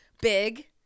big